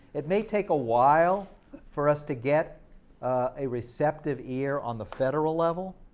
it may take a while for us to get a receptive ear on the federal level,